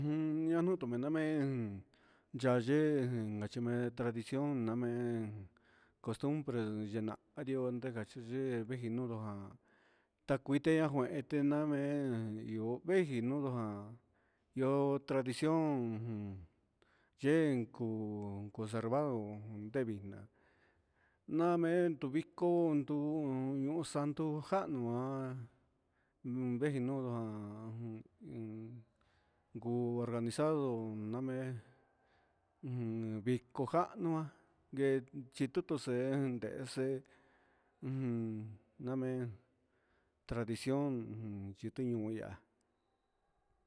Jun ñanuu tumena me'en yaye kuña tradicion me'en costumbre yena xhinario yena xhiyee neja tinunun ján kuite nangueten namen ihó neguiniudu ján ihó tradicion yen ku conservado namen kondu nuu nu sando janoa veniyudu jaán, iin hú organizado naven viko ngano ja nguen chitutuxen, ndexen ujun namén tradicion chitunu hú ihá.